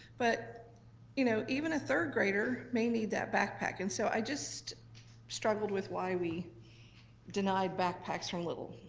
but you know even a third grader may need that backpack. and so i just struggled with why we denied backpacks from little.